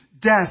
death